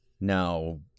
Now